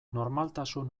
normaltasun